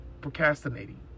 procrastinating